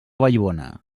vallbona